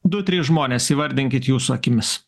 du tris žmones įvardinkit jūsų akimis